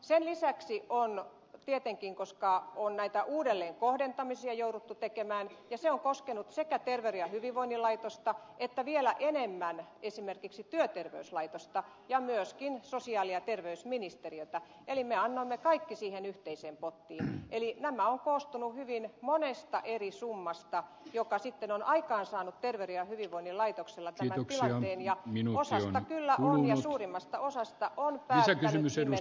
sen lisäksi tietenkin koska on näitä uudelleenkohdentamisia jouduttu tekemään ja se on koskenut sekä terveyden ja hyvinvoinnin laitosta että vielä enemmän esimerkiksi työterveyslaitosta ja myöskin sosiaali ja terveysministeriötä eli me annoimme kaikki siihen yhteiseen pottiin tämä on koostunut hyvin monesta eri summasta joka sitten on aikaansaanut terveyden ja hyvinvoinnin laitoksella tämän tilanteen ja osasta kyllä ja suurimmasta osasta on päättänyt nimenomaan terveyden ja hyvinvoinnin laitos